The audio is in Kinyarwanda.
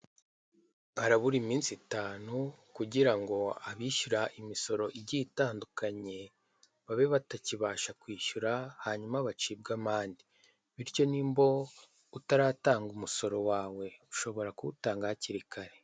Habura iminsi itanu kugira ngo abishyura imisoro igiye itandukanye babe batakibasha kwishyura hanyuma bacibwa amande, bityo nimba utaratanga umusoro wawe ushobora kuwutanga hakiri kare.